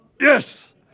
Yes